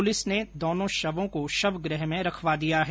police ने दोनों शवों को शवगृह में रखवा दिया हैं